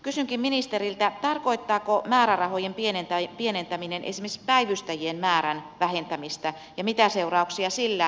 kysynkin ministeriltä tarkoittaako määrärahojen pienentäminen esimerkiksi päivystäjien määrän vähentämistä ja mitä seurauksia sillä voisi olla